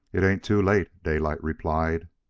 it ain't too late, daylight replied.